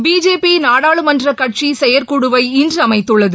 BJP நாடாளுமன்றக்கட்சி செயற்குழுவை இன்று அமைத்துள்ளது